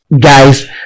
guys